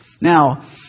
Now